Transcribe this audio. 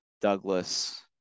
Douglas